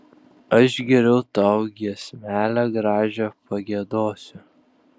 aš geriau tau giesmelę gražią pagiedosiu